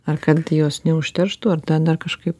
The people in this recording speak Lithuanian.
ar kad jos neužterštų ar ten dar kažkaip